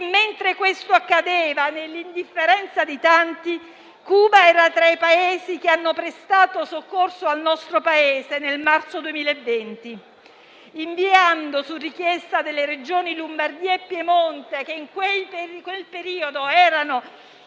mentre questo accadeva nell'indifferenza di tanti, Cuba era tra i Paesi che hanno prestato soccorso al nostro Paese nel marzo 2020, inviando, su richiesta delle Regioni Lombardia e Piemonte, che in quel periodo erano